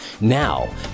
Now